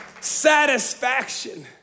satisfaction